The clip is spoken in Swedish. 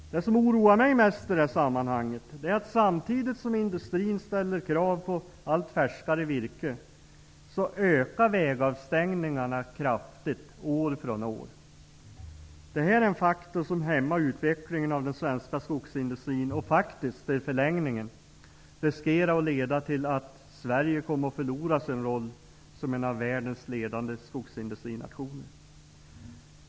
Det som oroar mig mest i det sammanhanget är att samtidigt som industrin ställer krav på allt färskare virke ökar vägavstängningarna kraftigt år för år. Detta är en faktor som hämmar utvecklingen av den svenska skogsindustrin och faktiskt i förlängningen riskerar att leda till att Sverige förlorar sin roll som en av världens ledande skogsindustrinationer.